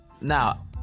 now